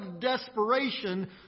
desperation